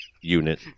Unit